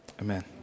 Amen